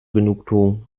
genugtuung